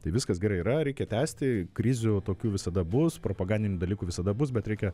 tai viskas gerai yra reikia tęsti krizių tokių visada bus propagandinių dalykų visada bus bet reikia